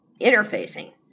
interfacing